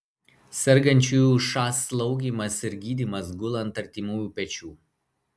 sergančiųjų šas slaugymas ir gydymas gula ant artimųjų pečių